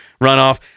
runoff